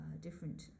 different